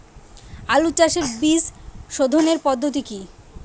আলু চাষের বীজ সোধনের পদ্ধতি কি?